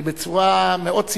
בצורה מאוד ציבורית.